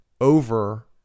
over